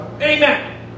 Amen